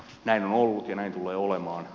näin on ollut ja näin tulee olemaan